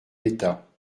d’état